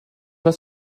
pas